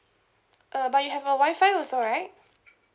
uh but you have a wi-fi also right